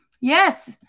Yes